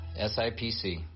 SIPC